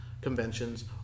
conventions